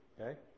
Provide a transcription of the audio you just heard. okay